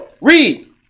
Read